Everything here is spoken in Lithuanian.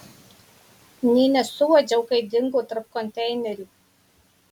nė nesuuodžiau kai dingo tarp konteinerių